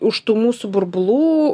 už tų mūsų burbulų